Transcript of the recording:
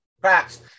cracks